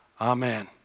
Amen